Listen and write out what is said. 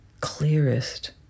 clearest